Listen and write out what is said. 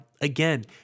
Again